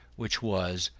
which was,